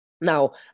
Now